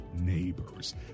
Neighbors